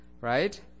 right